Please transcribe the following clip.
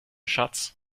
schatz